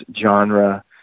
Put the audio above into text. genre